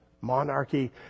monarchy